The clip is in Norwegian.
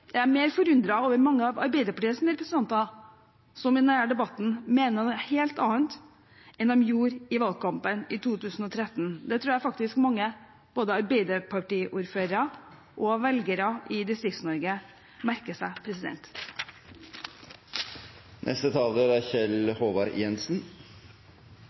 jeg mer forundret over mange av Arbeiderpartiets representanter, som i denne debatten mener noe helt annet enn de gjorde i valgkampen i 2013. Det tror jeg faktisk mange, både arbeiderpartiordførere og velgere i Distrikts-Norge, merker seg. Jeg er